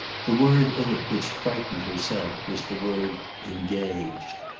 the word in it which frightened herself was the word engaged.